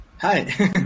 Hi